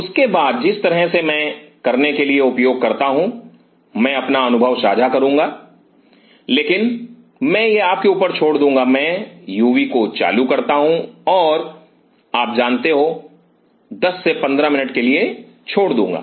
उसके बाद जिस तरह से मैं करने के लिए उपयोग करता हूं मैं अपना अनुभव साझा करूंगा लेकिन मैं यह आपके ऊपर छोड़ दूंगा मैं युवी को चालू करता हूं और इसे आप जानते हो 10 से 15 मिनट के लिए छोड़ दूंगा